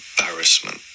embarrassment